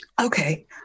Okay